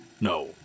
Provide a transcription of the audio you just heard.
No